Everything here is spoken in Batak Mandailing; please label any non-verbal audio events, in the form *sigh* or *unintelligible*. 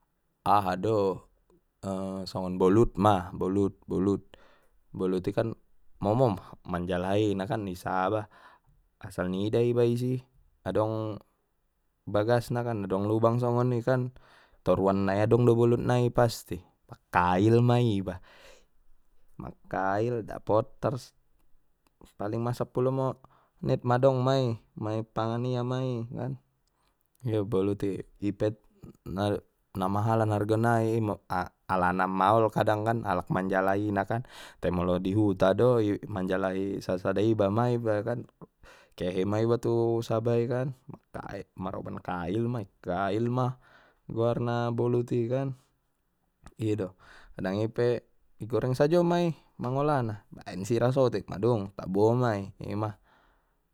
Aha do songon *hesitation* bolut ma bolut bolut boluti kan momo manjalai na kan i saba asal nida iba isi adong bagasna kan adong lubang songoni kan toruan nai adong do bolut nai pasti kail ma iba, makkail dapot tar paling ma sapulu monit madong mai mai pangan ia mai kan, *unintelligible* bolut i ipe na mahalan arganai i a-alana maol kadang kan alak manjalai na kan te molo di huta do manjalahi sa sada iba mai ba ibakan kehe ma iba tu saba i kan daek maroban kail ma kail ma guarna bolut i kan ido kadang ipe i goreng sajo mai mangolahna baen sira sotik madung tabo mai ima.